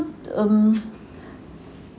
um